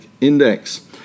index